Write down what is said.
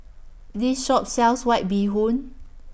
This Shop sells White Bee Hoon